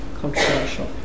controversial